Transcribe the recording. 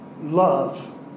love